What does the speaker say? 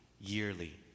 yearly